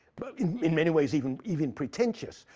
but in in many ways, even even pretentious.